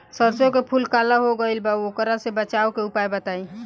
सरसों के फूल काला हो गएल बा वोकरा से बचाव के उपाय बताई?